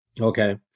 Okay